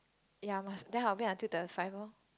ya must then I'll wait until thirty five orh